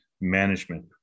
management